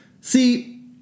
See